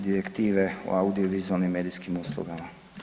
Direktive o audiovizualnim medijskim uslugama.